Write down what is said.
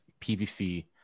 PVC